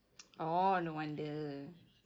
oh no wonder